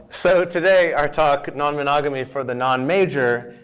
so today, our talk, non-monogamy for the non-major,